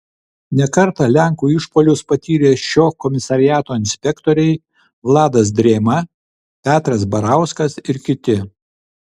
ne kartą lenkų išpuolius patyrė šio komisariato inspektoriai vladas drėma petras barauskas ir kiti